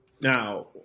Now